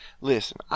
Listen